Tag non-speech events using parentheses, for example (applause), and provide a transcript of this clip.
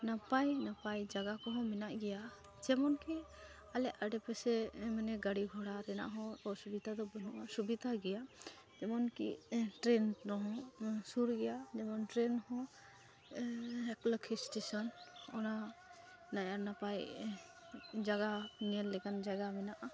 ᱱᱟᱯᱟᱭᱼᱱᱟᱯᱟᱭ ᱡᱟᱜᱟᱠᱚ ᱦᱚᱸ ᱢᱮᱱᱟᱜ ᱜᱮᱭᱟ ᱡᱮᱢᱚᱱᱠᱤ ᱟᱞᱮ ᱟᱰᱮᱯᱟᱥᱮ ᱢᱟᱱᱮ ᱜᱟᱹᱲᱤᱼᱜᱷᱚᱲᱟ ᱨᱮᱱᱟᱜ ᱦᱚᱸ ᱢᱟᱱᱮ ᱚᱥᱩᱵᱤᱛᱟᱫᱟ ᱫᱚ ᱵᱟᱹᱱᱩᱜᱼᱟ ᱥᱩᱵᱤᱛᱟ ᱜᱮᱭᱟ ᱮᱢᱚᱱᱠᱤ ᱴᱨᱮᱹᱱ ᱠᱚ ᱦᱚᱸ ᱥᱩᱨ ᱜᱮᱭᱟ ᱡᱮᱢᱚᱱ ᱴᱨᱮᱹᱱ ᱦᱚᱸ ᱞᱟᱠᱷᱤ ᱥᱴᱮᱥᱚᱱ ᱚᱱᱟ (unintelligible) ᱱᱟᱯᱟᱭ ᱡᱟᱜᱟ ᱧᱮᱞ ᱞᱮᱠᱟᱱ ᱡᱟᱜᱟ ᱢᱮᱱᱟᱜᱼᱟ